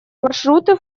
маршруты